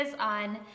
on